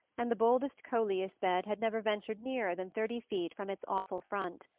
and the boldest coleus bed had never ventured nearer than thirty feet from its awful front.